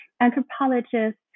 anthropologists